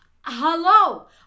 Hello